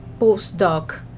postdoc